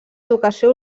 educació